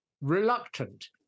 reluctant